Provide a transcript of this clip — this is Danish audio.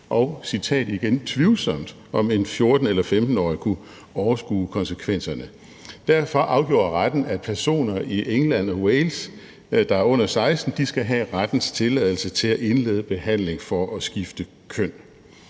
og – citat igen – tvivlsomt, om en 14- eller 15-årig kunne overskue konsekvenserne. Derfor afgjorde retten, at personer i England og Wales, der er under 16 år, skal have rettens tilladelse til at indlede behandling for at skifte køn.